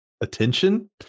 attention